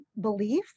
belief